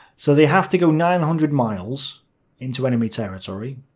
so they have to go nine hundred miles into enemy territory,